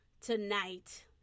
tonight